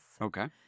Okay